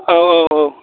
औ औ औ